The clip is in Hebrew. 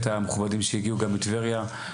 את המכובדים שהגיעו גם מטבריה,